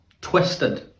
twisted